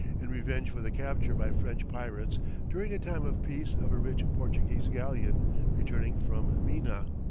in revenge for the capture by french pirates during a time of peace of a rich portuguese galleon returning from mina.